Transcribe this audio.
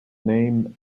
name